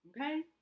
Okay